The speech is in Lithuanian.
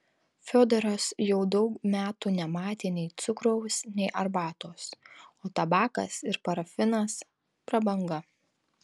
fiodoras jau daug metų nematė nei cukraus nei arbatos o tabakas ir parafinas prabanga